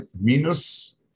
minus